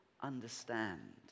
understand